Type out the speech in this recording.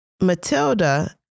Matilda